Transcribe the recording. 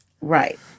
Right